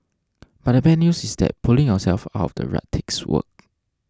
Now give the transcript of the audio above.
but the bad news is that pulling yourself out of the rut takes work